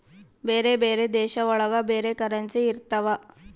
ಬೇರೆ ಬೇರೆ ದೇಶ ಒಳಗ ಬೇರೆ ಕರೆನ್ಸಿ ಇರ್ತವ